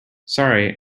sorry